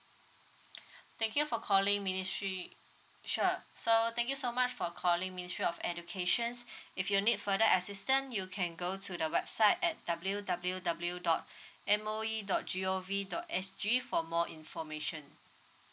thank you for calling ministry sure so thank you so much for calling ministry of educations if you need further assistant you can go to the website at w w w dot m o e dot g o v dot s g for more information